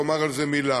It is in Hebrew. ואומר על זה מילה.